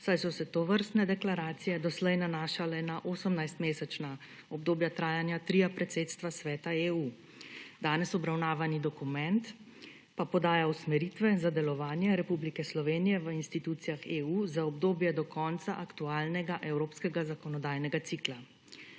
saj so se tovrstne deklaracije doslej nanašale na 18-mesečna obdobja trajanja tria predsedstva Svetu EU, danes obravnavani dokument pa podaja usmeritve za delovanje Republike Slovenije v institucijah EU za obdobje do konca aktualnega evropskega zakonodajnega cikla.